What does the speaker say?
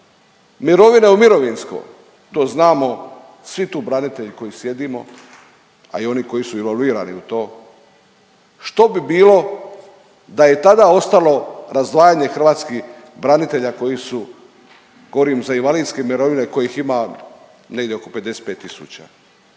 mirovine u mirovinsko to znamo svi tu branitelji koji sjedimo, a i oni koji su involvirani u to. Što bi bilo da je tada ostalo razdvajanje hrvatskih branitelja koji su, govorim za invalidske mirovine kojih ima negdje oko 55000.